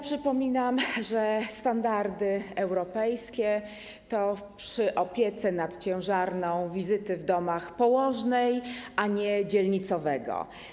Przypominam, że standardy europejskie to przy opiece nad ciężarną wizyty w domach położnej, a nie dzielnicowego.